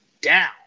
down